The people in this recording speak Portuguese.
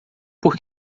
por